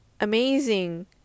amazing